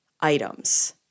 items